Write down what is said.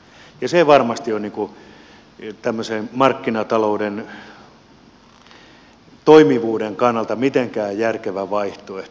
ja se ei varmasti ole tämmöisen markkinatalouden toimivuuden kannalta mitenkään järkevä vaihtoehto